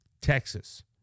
Texas